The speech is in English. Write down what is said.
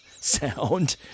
sound